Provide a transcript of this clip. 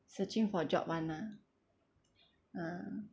searching for job [one] ah ah